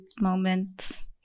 moments